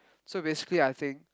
so basically I think